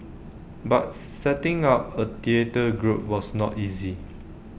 but setting up A theatre group was not easy